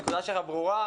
הנקודה שלך ברורה.